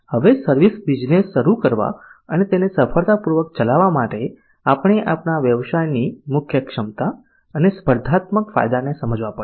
હવે service business શરૂ કરવા અને તેને સફળતાપૂર્વક ચલાવવા માટે આપણે આપણા વ્યવસાયની મુખ્ય ક્ષમતા અને સ્પર્ધાત્મક ફાયદાને સમજવા પડશે